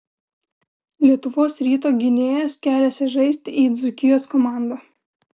lietuvos ryto gynėjas keliasi žaisti į dzūkijos komandą